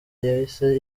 yahise